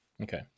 Okay